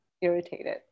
irritated